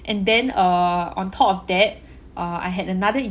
and then err on top of that uh I had another